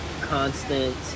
constant